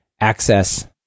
access